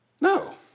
No